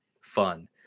fun